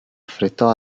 affrettò